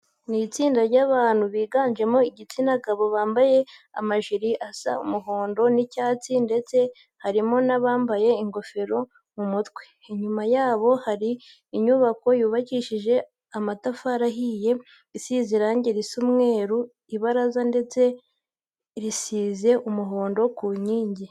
Ni itsinda ry'abantu biganjemo igitsina gabo, bambaye amajire asa umuhondo n'icyatsi ndetse harimo n'abambaye ingofero mu mutwe. Inyuma yabo hari inyubako yubakishije amatafari ahiye, isize irange risa umweru mu ibaraza ndetse n'irisa umuhondo ku nkingi.